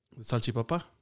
Salchipapa